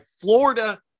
Florida